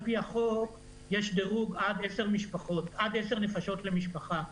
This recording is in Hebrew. על פי החוק יש דירוג עד 10 נפשות למשפחה,